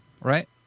Right